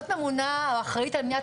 -- להיות ממונה או אחראית על מניעת